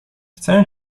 chcę